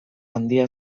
handia